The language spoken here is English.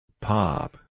Pop